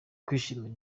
kwishimira